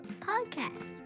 podcast